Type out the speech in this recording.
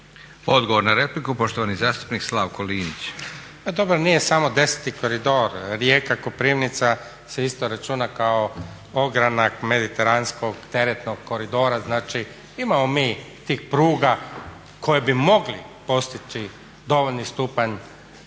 Odgovor na repliku poštovani zastupnik Slavko Linić. **Linić, Slavko (Nezavisni)** Pa dobro nije samo 10. koridor, Rijeka-Koprivnica se isto računa kao ogranak mediteranskog teretnog koridora, znači imamo mi tih pruga koje bi mogle postići dovoljni stupanj